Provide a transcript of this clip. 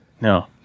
no